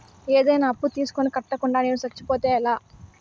ఏదైనా అప్పు తీసుకొని కట్టకుండా నేను సచ్చిపోతే ఎలా